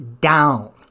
down